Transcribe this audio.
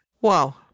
Wow